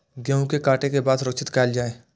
गेहूँ के काटे के बाद सुरक्षित कायल जाय?